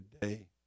today